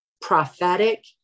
prophetic